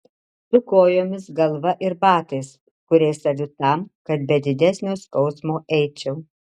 su kojomis galva ir batais kuriais aviu tam kad be didesnio skausmo eičiau